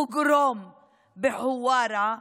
פוגרום בחווארה,